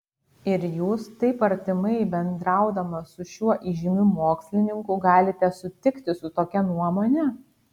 ir jūs taip artimai bendraudama su šiuo įžymiu mokslininku galite sutikti su tokia nuomone